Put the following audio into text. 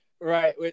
right